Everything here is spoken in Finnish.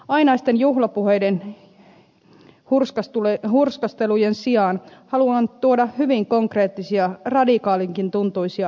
ainaisten juhlapuheiden ja hurskastelujen sijaan haluan tuoda hyvin konkreettisia radikaalinkin tuntuisia avauksia keskusteluun